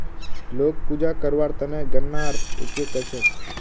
लोग पूजा करवार त न गननार उपयोग कर छेक